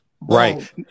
Right